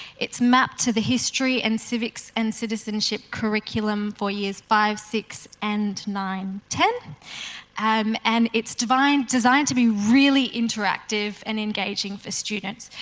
it's mapped to the history and civics and citizenship curriculum for years five, six and nine ten um and it's designed designed to be really interactive and engaging for students.